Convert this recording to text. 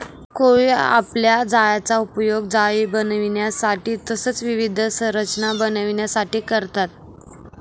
कोळी आपल्या जाळ्याचा उपयोग जाळी बनविण्यासाठी तसेच विविध संरचना बनविण्यासाठी करतात